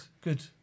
good